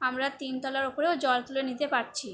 আমরা তিনতলার উপরেও জল তুলে নিতে পারছি